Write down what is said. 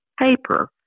paper